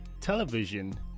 television